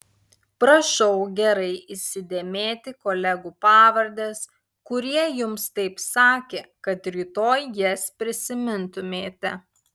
prašau gerai įsidėmėti kolegų pavardes kurie jums taip sakė kad rytoj jas prisimintumėte